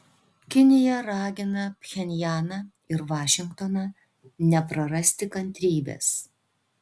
kinija ragina pchenjaną ir vašingtoną neprarasti kantrybės